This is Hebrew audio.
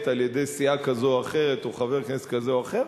על-ידי סיעה כזאת או אחרת או חבר כנסת כזה או אחר,